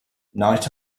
night